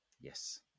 Yes